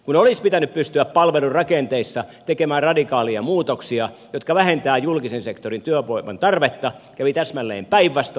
kun olisi pitänyt pystyä palvelurakenteissa tekemään radikaaleja muutoksia jotka vähentävät julkisen sektorin työvoiman tarvetta kävi täsmälleen päinvastoin